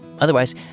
Otherwise